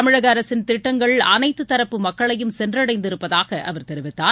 தமிழக அரசின் திட்டங்கள் அனைத்து தரப்பு மக்களையும் சென்றடைந்திருப்பதாக அவர் தெரிவித்தார்